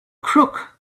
crook